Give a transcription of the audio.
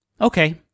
Okay